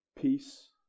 Peace